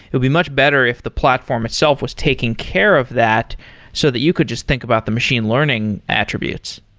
it'd be much better if the platform itself was taking care of that so that you could just think about the machine learning attributes.